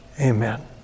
Amen